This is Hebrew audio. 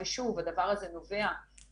ושוב: הדבר הזה נובע מחיסונים